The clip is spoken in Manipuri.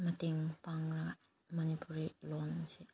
ꯃꯇꯦꯡ ꯄꯥꯡꯂꯒ ꯃꯅꯤꯄꯨꯔꯤ ꯂꯣꯟꯁꯤ